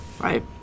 Right